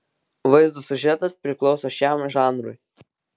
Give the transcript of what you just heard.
vaizdo siužetas priklauso šiam žanrui